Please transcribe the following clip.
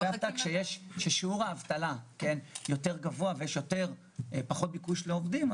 כששיעור האבטלה יותר גבוה ויש פחות ביקוש לעובדים,